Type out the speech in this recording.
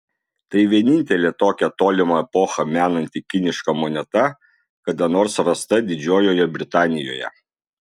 tai vienintelė tokią tolimą epochą menanti kiniška moneta kada nors rasta didžiojoje britanijoje